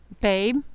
Babe